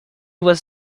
was